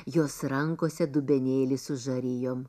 jos rankose dubenėlis su žarijom